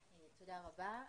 תודה רבה.